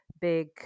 big